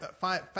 five